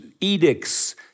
edicts